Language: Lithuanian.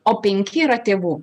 o penki yra tėvų